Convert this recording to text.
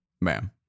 Ma'am